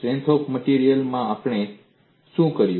strength of માટેરિયલ્સમાં આપણે શું કર્યું